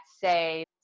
say